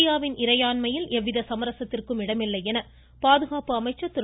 இந்தியாவின் இறையாண்மையில் எவ்வித சமரசத்திற்கும் இடமில்லை என்று பாதுகாப்பு அமைச்சர் திரு